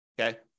Okay